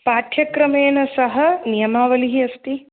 पाठ्यक्रमेण सह नियमावलिः अस्ति